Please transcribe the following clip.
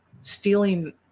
stealing